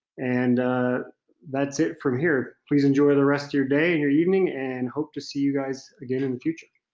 and that's it from here. please enjoy the rest of your day or and your evening and hope to see you guys again in the future.